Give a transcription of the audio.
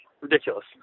Ridiculous